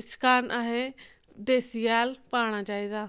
इस कारण असें देसी हैल पाना चाहिदा